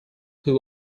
who